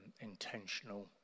intentional